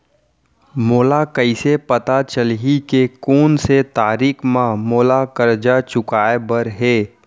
मोला कइसे पता चलही के कोन से तारीक म मोला करजा चुकोय बर हे?